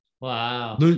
Wow